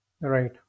Right